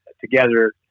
together